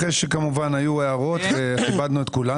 אחרי שכמובן היו הערות וכיבדנו את כולן.